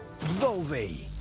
volvi